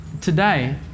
today